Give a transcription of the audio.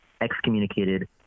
excommunicated